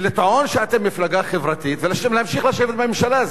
ולטעון שאתם מפלגה חברתית, ולהמשיך לשבת בממשלה.